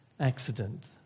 accident